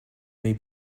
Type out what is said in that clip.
may